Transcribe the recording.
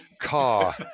car